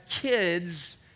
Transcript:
kids